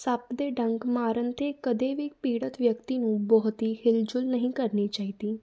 ਸੱਪ ਦੇ ਡੰਗ ਮਾਰਨ 'ਤੇ ਕਦੇ ਵੀ ਪੀੜਤ ਵਿਅਕਤੀ ਨੂੰ ਬਹੁਤ ਹੀ ਹਿਲਜੁਲ ਨਹੀਂ ਕਰਨੀ ਚਾਹੀਦੀ